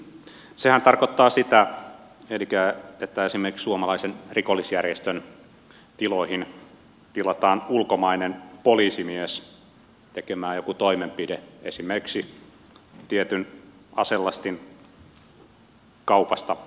sehän tarkoittaa sitä että esimerkiksi suomalaisen rikollisjärjestön tiloihin tilataan ulkomainen poliisimies tekemään joku toimenpide esimerkiksi tietyn aselastin kaupasta sopiminen